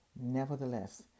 Nevertheless